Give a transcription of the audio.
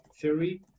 theory